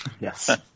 Yes